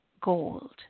gold